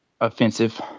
offensive